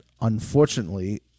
unfortunately